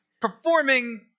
performing